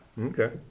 Okay